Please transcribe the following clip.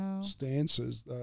stances